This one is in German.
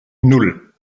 nan